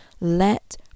Let